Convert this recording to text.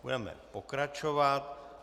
Budeme pokračovat.